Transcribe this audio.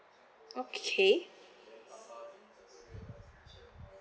okay